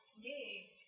Yay